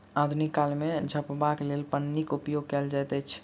आधुनिक काल मे झपबाक लेल पन्नीक उपयोग कयल जाइत अछि